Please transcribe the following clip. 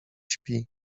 śpi